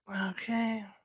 Okay